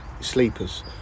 sleepers